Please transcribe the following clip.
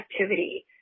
activity